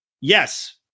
yes